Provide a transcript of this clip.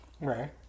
Right